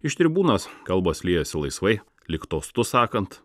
iš tribūnos kalbos liejasi laisvai lyg tostus sakant